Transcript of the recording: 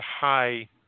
high